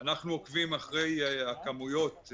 אנחנו עוקבים אחרי הכמויות.